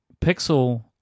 Pixel